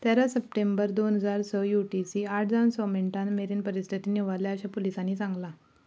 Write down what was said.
तेरा सप्टेंबर दोन हजार स यू टी सी आठ जावन स मिंटान मेरेन परिस्थिती निवारल्या अशें पुलिसांनी सांगलां